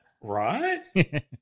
right